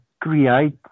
create